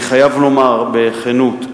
אני חייב לומר בכנות,